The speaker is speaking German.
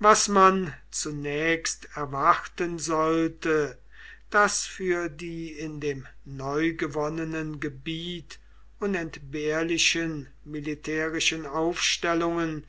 was man zunächst erwarten sollte daß für die in dem neugewonnenen gebiet unentbehrlichen militärischen aufstellungen